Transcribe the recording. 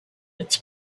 its